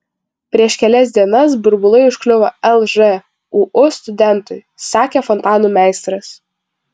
prieš kelias dienas burbulai užkliuvo lžūu studentui sakė fontanų meistras